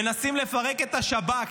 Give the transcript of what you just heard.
מנסים לפרק את השב"כ.